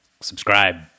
subscribe